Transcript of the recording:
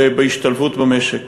ובהשתלבות במשק.